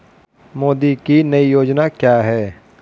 मोदी की नई योजना क्या है?